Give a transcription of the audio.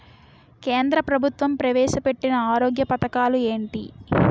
కేంద్ర ప్రభుత్వం ప్రవేశ పెట్టిన ఆరోగ్య పథకాలు ఎంటి?